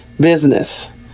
business